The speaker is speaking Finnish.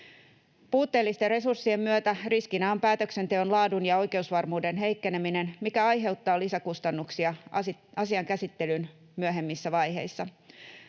Puutteellisten resurssien myötä riskinä on päätöksenteon laadun ja oikeusvarmuuden heikkeneminen, mikä aiheuttaa lisäkustannuksia asian käsittelyn myöhemmissä vaiheissa.